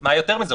מה יותר מזה?